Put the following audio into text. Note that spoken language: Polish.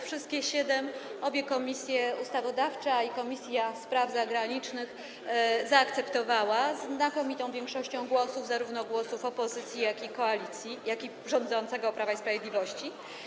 Wszystkie siedem obie komisje, Komisje Ustawodawcza i Komisja Spraw Zagranicznych, zaakceptowały znakomitą większością głosów, zarówno głosów opozycji, jak i koalicji, jak i rządzącego Prawa i Sprawiedliwości.